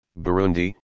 Burundi